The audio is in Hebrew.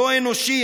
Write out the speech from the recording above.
לא אנושי.